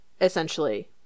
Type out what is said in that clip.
essentially